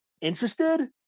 interested